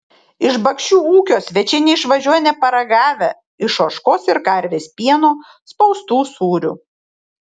iš bakšių ūkio svečiai neišvažiuoja neparagavę iš ožkos ir karvės pieno spaustų sūrių